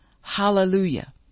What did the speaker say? Hallelujah